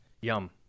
yum